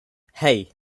hey